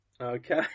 Okay